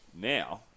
now